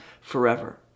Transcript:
forever